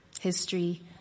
History